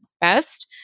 best